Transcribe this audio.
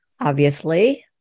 obviously-